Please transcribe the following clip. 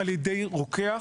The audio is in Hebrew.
רק על-ידי רוקח.